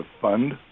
fund